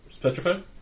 Petrified